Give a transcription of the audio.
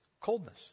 coldness